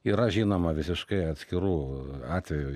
yra žinoma visiškai atskirų atvejuų